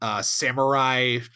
samurai